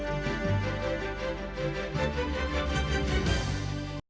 дякую.